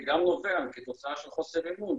זה גם נובע כתוצאה מחוסר אמון,